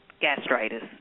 gastritis